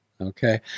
Okay